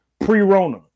pre-rona